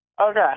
okay